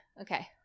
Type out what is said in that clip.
Okay